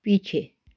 पीछे